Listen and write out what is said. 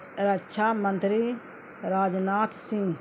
رکچھا منتری راجناتھ سنگھ